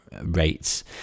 rates